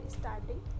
starting